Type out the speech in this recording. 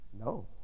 No